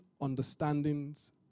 understandings